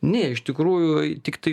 ne iš tikrųjų tiktai